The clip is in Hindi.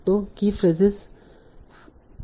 तो कीफ्रेजनेस क्या है